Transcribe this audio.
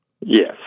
Yes